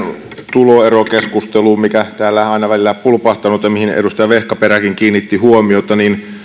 tuloerokeskusteluun mikä täällä aina välillä on pulpahtanut ja mihin edustaja vehkaperäkin kiinnitti huomiota